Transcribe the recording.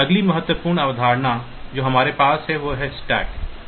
अगली महत्वपूर्ण अवधारणा जो हमारे पास है वह स्टैक है